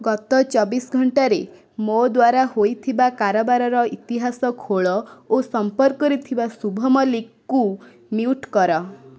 ଗତ ଚବିଶ ଘଣ୍ଟାରେ ମୋ ଦ୍ୱାରା ହେଇଥିବା କାରବାରର ଇତିହାସ ଖୋଲ ଓ ସମ୍ପର୍କରେ ଥିବା ଶୁଭ ମଲ୍ଲିକଙ୍କୁ ମ୍ୟୁଟ୍ କର